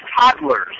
toddlers